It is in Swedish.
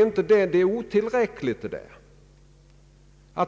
nu efterlyser.